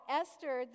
esther